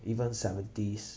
even seventies